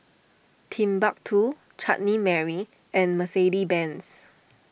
Timbuk two Chutney Mary and Mercedes Benz